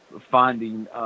finding